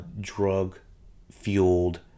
drug-fueled